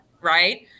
right